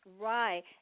right